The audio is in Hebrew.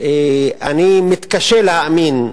אני מתקשה להאמין,